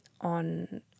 on